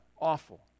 awful